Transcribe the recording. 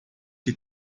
que